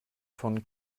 von